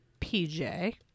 PJ